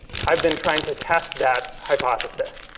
i've been trying to test that hypothesis.